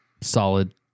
solid